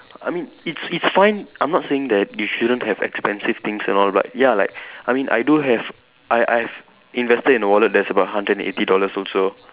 I mean it's it's fine I'm not saying you shouldn't have expensive things and all but ya like I mean I do have I I've invested in a wallet that's about hundred and eighty dollars also